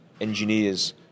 engineers